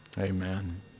Amen